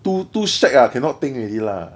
too too shag ah cannot think already lah